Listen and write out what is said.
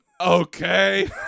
Okay